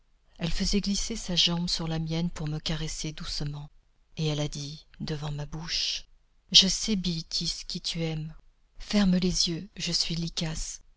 elle faisait glisser sa jambe sur la mienne pour me caresser doucement et elle a dit devant ma bouche je sais bilitis qui tu aimes ferme les yeux je suis lykas